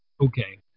okay